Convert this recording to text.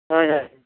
ᱦᱳᱭ ᱦᱳᱭ